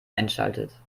einschaltet